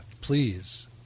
please